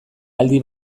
aldi